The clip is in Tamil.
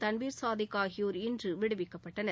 தன்வீர் சாதிக் ஆகியோர் இன்று விடுவிக்கப்பட்டனர்